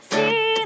See